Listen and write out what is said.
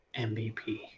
mvp